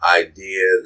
idea